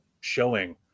showing